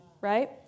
right